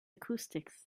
acoustics